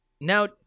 Now